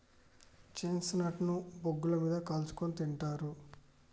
chestnut ను బొగ్గుల మీద కాల్చుకుని తింటారు